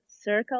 circle